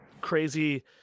crazy